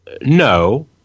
No